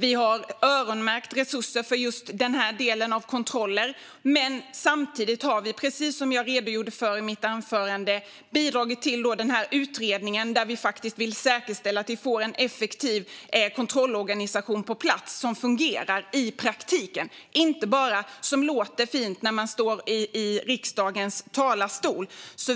Vi har öronmärkt resurser för just den här delen av kontroller, men samtidigt har vi, precis som jag redogjorde för i mitt anförande, bidragit till den här utredningen där vi faktiskt vill säkerställa att vi får en effektiv kontrollorganisation på plats som fungerar i praktiken och som det inte bara låter fint att prata om när man står i riksdagens talarstol.